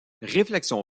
réflexion